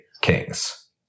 kings